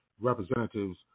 representatives